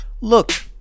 Look